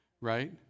right